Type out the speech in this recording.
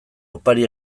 opari